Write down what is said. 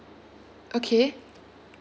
okay